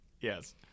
Yes